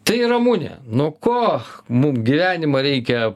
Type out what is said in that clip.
tai ramune nuo ko mum gyvenimą reikia